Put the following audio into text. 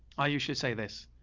i usually say this,